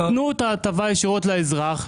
תנו את ההטבה ישירות לאזרח,